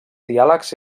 diàlegs